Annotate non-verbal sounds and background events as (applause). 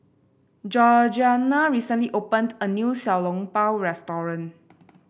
Georgiana recently opened a new Xiao Long Bao restaurant (noise)